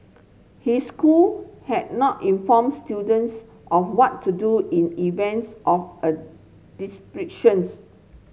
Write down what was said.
his school had not informed students of what to do in events of a descriptions